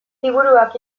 liburuak